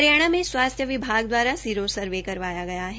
हरियाणा में स्वास्थ्य विभाग दवारा सिरो सर्वे करवाया गया है